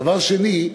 דבר שני.